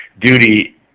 duty